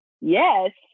Yes